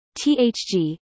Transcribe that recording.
THG